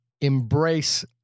embrace